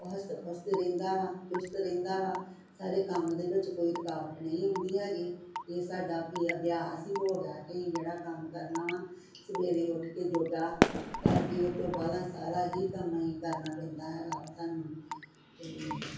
ਉਹ ਹਸਤ ਹਸਤ ਰਹਿੰਦਾ ਵਾ ਚੁਸਤ ਰਹਿੰਦਾ ਵਾ ਸਾਰੇ ਕੰਮ ਦੇ ਵਿੱਚ ਕੋਈ ਰੁਕਾਵਟ ਨੀ ਆਉਂਦੀ ਹੈਗੀ ਇਹ ਸਾਡਾ ਅਭਿਆਸ ਹੀ ਹੋ ਗਿਆ ਕੀ ਅਸੀਂ ਜਿਹੜਾ ਕੰਮ ਕਰਨਾ ਵਾ ਸਵੇਰੇ ਉੱਠ ਕੇ ਯੋਗਾ ਕਰਕੇ ਉਹ ਤੋਂ ਬਾਦਾਂ ਸਾਰਾ ਹੀ ਕੰਮ ਅਹੀਂ ਕਰਨਾ ਪੈਂਦਾ ਹੈਗਾ ਵਾ ਸਾਨੂੰ ਤੇ